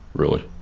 really,